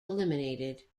eliminated